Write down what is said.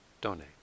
donate